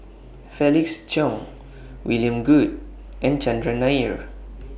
Felix Cheong William Goode and Chandran Nair